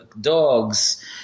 dogs